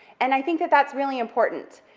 and i think that that's really important,